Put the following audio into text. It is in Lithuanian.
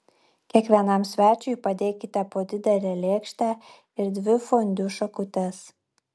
kiekvienam svečiui padėkite po didelę lėkštę ir dvi fondiu šakutes